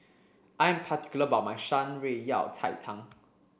I'm particular about my Shan Rui Yao Cai Tang